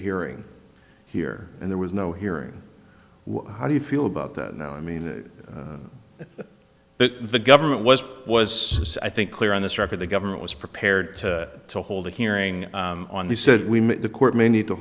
hearing here and there was no hearing how do you feel about that i mean the government was was i think clear on this record the government was prepared to hold a hearing on the said the court may need to